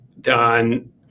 done